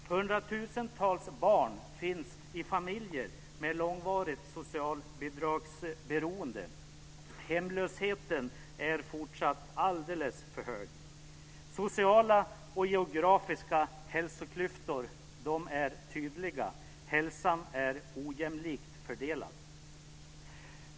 100 000-tals barn finns i familjer med långvarigt socialbidragsberoende. Hemlösheten är fortsatt alldeles för hög. De sociala och geografiska hälsoklyftorna är tydliga. Hälsan är ojämlikt fördelad.